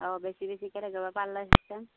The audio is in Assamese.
অঁ বেছি বেছিকে লাগিব পাল্লা চিষ্টেম